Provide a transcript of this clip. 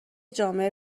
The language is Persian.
جامعه